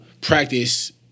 practice